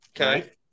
Okay